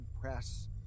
press